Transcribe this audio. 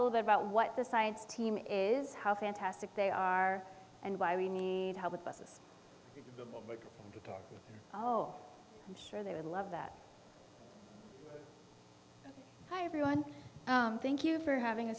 little bit about what the science team is how fantastic they are and why we need help with buses oh i'm sure they would love that hi everyone thank you for having